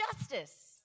justice